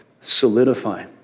solidify